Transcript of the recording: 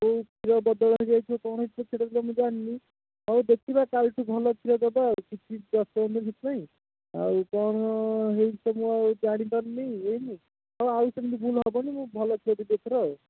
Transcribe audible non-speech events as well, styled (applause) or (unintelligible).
କେଉଁ କ୍ଷୀର ବଦଳ ହେଇଯାଇଥିବ କ'ଣ ହେଇଥିବ ସେଇଟା ତ ମୁଁ ଜାଣିନି ହଉ ଦେଖିବା କାଲିଠୁ ଭଲ କ୍ଷୀର ଦେବା ଆଉ କିଛି (unintelligible) ସେଥିପାଇଁ ଆଉ କ'ଣ ହେଇଛି ତ ମୁଁ ଆଉ ଜାଣିପାରୁନି (unintelligible) ହଉ ଆଉ ସେମିତି ଭୁଲ ହେବନି ମୁଁ ଭଲ କ୍ଷୀର ଦେବି ଏଥର ଆଉ